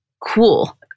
cool